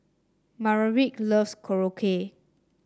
Maverick loves Korokke